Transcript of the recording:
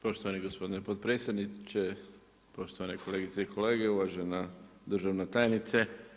Poštovani gospodine predsjedniče, poštovane kolegice i kolege, uvažena državna tajnice.